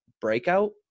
breakout